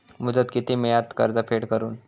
मुदत किती मेळता कर्ज फेड करून?